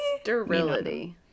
Sterility